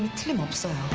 team um so